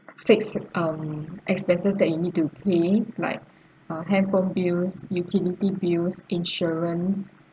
fixed um expenses that you need to pay like ah handphone bills utility bills insurance